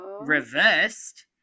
reversed